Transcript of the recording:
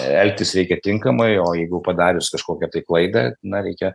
elgtis reikia tinkamai o jeigu padarius kažkokią tai klaidą na reikia